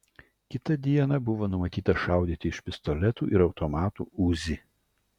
kitą dieną buvo numatyta šaudyti iš pistoletų ir automatų uzi